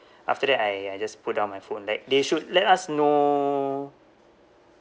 after that I I just put down my phone like they should let us know